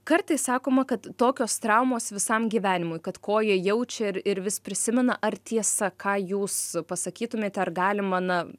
kartais sakoma kad tokios traumos visam gyvenimui kad koja jaučia ir ir vis prisimena ar tiesa ką jūs pasakytumėte ar galima na